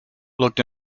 looked